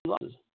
losses